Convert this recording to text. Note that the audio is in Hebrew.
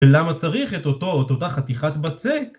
ולמה צריך את אותו, את אותה חתיכת בצק?